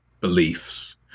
beliefs